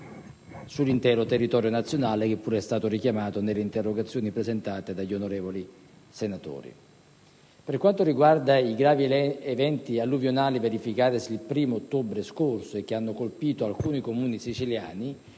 sull'intero territorio nazionale, che pure è stato richiamato nelle interrogazioni presentate dagli onorevoli senatori. Per quanto riguarda i vari eventi alluvionali verificatisi il 1° ottobre scorso e che hanno colpito alcuni Comuni siciliani,